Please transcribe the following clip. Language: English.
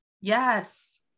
Yes